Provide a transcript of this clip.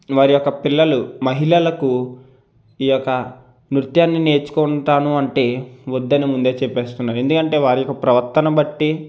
వారి యొక్క పిల్లలు మహిళలకు ఈ యొక్క నృత్యాన్ని నేర్చుకుంటాను అంటే వద్దని ముందే చెప్పేస్తున్నాం ఎందుకంటే వారి యొక్క ప్రవర్తన బట్టి